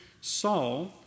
Saul